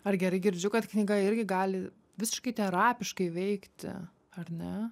ar gerai girdžiu kad knyga irgi gali visiškai terapiškai veikti ar ne